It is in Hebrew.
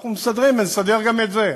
אנחנו מסדרים, ונסדר גם את זה.